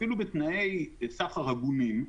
אפילו בתנאי סחר הגונים,